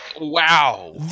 Wow